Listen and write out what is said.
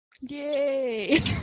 Yay